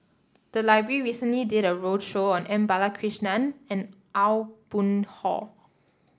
the library recently did a roadshow on M Balakrishnan and Aw Boon Haw